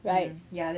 right ya